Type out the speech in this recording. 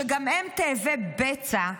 שגם הם תאבי בצע,